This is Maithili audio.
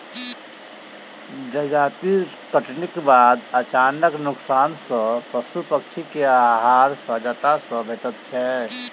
जजाति कटनीक बाद अनाजक नोकसान सॅ पशु पक्षी के आहार सहजता सॅ भेटैत छै